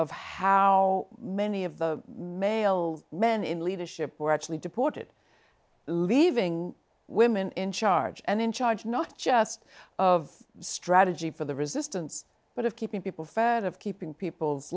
of how many of the males men in leadership were actually deported leaving women in charge and in charge not just of strategy for the resistance but of keeping people out of keeping people's